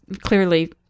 clearly